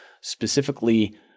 specifically